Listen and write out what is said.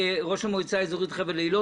ראש המועצה האזורית חבל אילות,